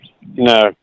No